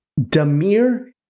Damir